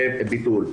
זה ביטול.